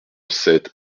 sept